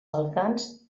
balcans